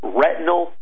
retinal